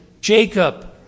Jacob